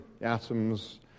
atoms